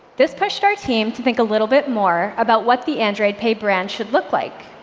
this pushed our team to think a little bit more about what the android pay brand should look like.